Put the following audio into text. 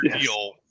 deal